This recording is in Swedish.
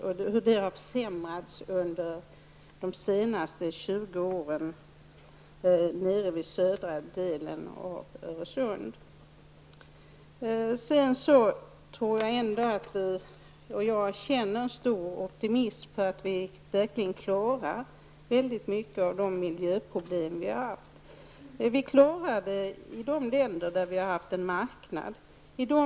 Det har skett en försämring under de senaste 20 åren nere vid södra delen av Jag tror ändå att vi känner en stor optimism för att vi skall klara många av de miljöproblem som vi har. Miljöproblemen går att klara i de länder som har marknadsekonomi.